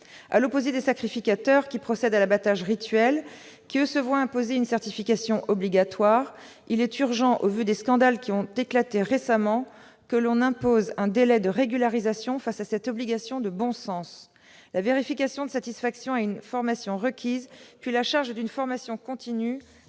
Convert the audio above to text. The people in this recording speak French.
À l'opposé des sacrificateurs procédant à l'abattage rituel, qui, eux, se voient imposer une certification obligatoire, il est urgent, au vu des scandales qui ont éclaté récemment, que l'on impose un délai de régularisation pour satisfaire à cette obligation de bon sens. La vérification de la validation de la formation requise, puis la charge d'une formation continue